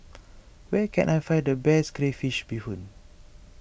where can I find the best Crayfish BeeHoon